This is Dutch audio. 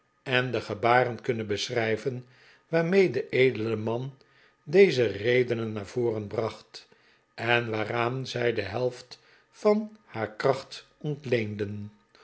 en de gebaren kunnen beschrijven waarmee de edele man deze redenen naar voren bracht en waaraan zij de helft van haar kracht ontleendeh